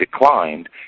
declined